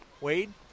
Wade